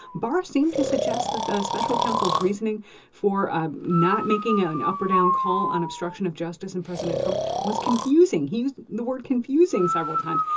barr seemed to suggest that the special counsel's reasoning for not making ah an up or down call on obstruction of justice and president trump was confusing. he used the word confusing several times.